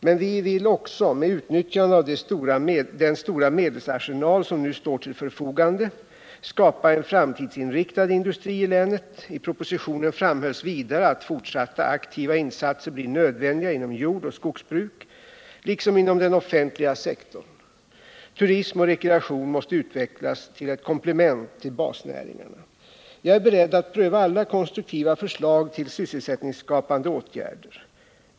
Men vi vill också, med utnyttjande av den stora medelsarsenal som nu står till förfogande, skapa en framtidsinriktad industri i länet. I propositionen framhölls vidare att fortsatta aktiva insatser blir nödvändiga inom jordoch skogsbruk liksom inom den offentliga sektorn. Turism och rekreation måste utvecklas till ett komplement till basnäringarna. Jag är beredd att pröva alla konstruktiva förslag till sysselsättningsskapande åtgärder.